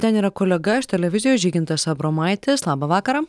ten yra kolega iš televizijos žygintas abromaitis labą vakarą